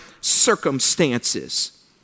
circumstances